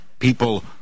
people